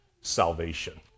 salvation